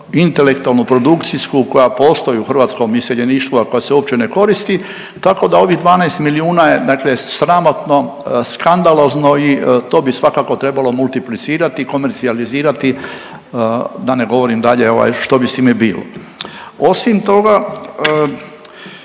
intelektualno-produkcijsku koja postoji u hrvatskom iseljeništvu, a koja se uopće ne koristi, tako da ovih 12 milijuna je dakle sramotno, skandalozno i to bi svakako trebalo multiplicirati i komercijalizirati, da ne govorim dalje ovaj, što bi s time bilo. Osim toga,